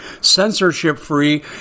censorship-free